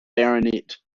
baronet